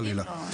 חלילה,